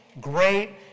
great